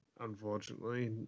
unfortunately